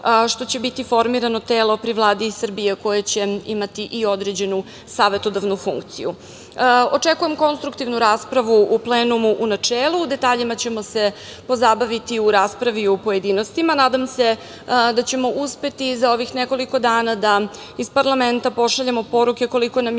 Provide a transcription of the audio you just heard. što će biti formirano telo pri Vladi Srbije koje će imati i određenu savetodavnu funkciju. Očekujem konstruktivnu raspravu u plenumu u načelu. O detaljima ćemo se pozabaviti u raspravi o pojedinostima. Nadam se da ćemo uspeti i za ovih nekoliko dana da iz parlamenta pošaljemo poruke koliko nam je